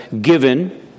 given